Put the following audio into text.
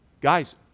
Guys